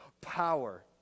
power